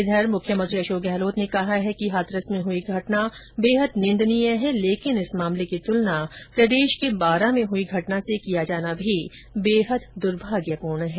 इधर मुख्यमंत्री अशोक गहलोत ने कहा है कि हाथरस में हुई घटना बेहद निंदनीय है लेकिन इस मामले की तुलना राजस्थान के बारा में हुई घटना से किया जाना भी बेहद द्र्भाग्यपूर्ण है